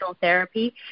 therapy